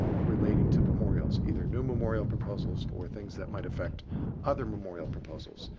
relating to memorials, either new memorial proposals or things that might affect other memorial proposals.